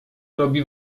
robi